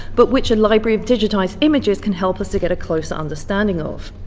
but which a library of digitized images can help us to get a closer understanding of.